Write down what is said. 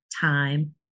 time